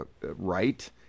right